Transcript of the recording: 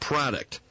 product